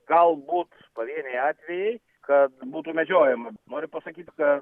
galbūt pavieniai atvejai kad būtų medžiojama noriu pasakyt kad